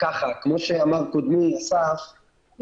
כמו שאמר קודמי אסף,